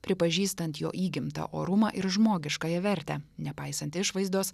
pripažįstant jo įgimtą orumą ir žmogiškąją vertę nepaisant išvaizdos